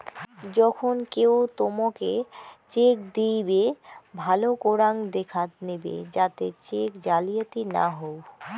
যখন কেও তোমকে চেক দিইবে, ভালো করাং দেখাত নিবে যাতে চেক জালিয়াতি না হউ